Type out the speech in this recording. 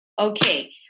okay